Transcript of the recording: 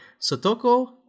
sotoko